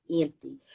empty